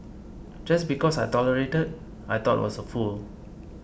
just because I tolerated I thought was a fool